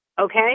okay